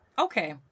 Okay